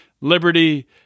Liberty